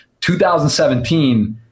2017